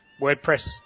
WordPress